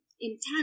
intense